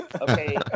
Okay